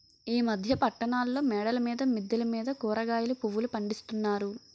ఈ మధ్య పట్టణాల్లో మేడల మీద మిద్దెల మీద కూరగాయలు పువ్వులు పండిస్తున్నారు